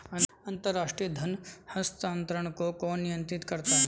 अंतर्राष्ट्रीय धन हस्तांतरण को कौन नियंत्रित करता है?